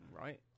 right